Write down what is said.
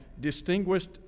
distinguished